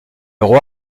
roi